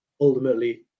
ultimately